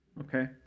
Okay